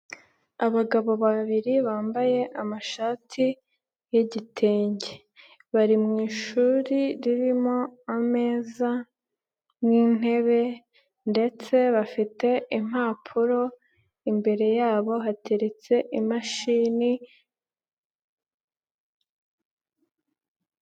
Abagabo babiri bambaye amashati y'igitenge bari mushuri ririmo ameza n'intebe, ndetse bafite impapuro, imbere yabo hateretse imashini.